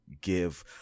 give